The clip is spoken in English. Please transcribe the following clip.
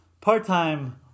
part-time